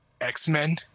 X-Men